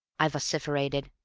i vociferated.